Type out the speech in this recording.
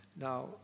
Now